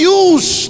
use